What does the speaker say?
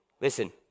listen